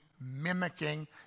mimicking